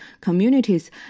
communities